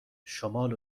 شمال